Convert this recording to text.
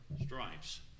stripes